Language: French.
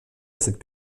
cette